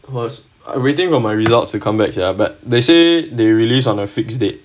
was waiting for my results to come back sia but they say they release on a fixed date